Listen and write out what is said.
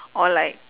or like